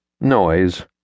noise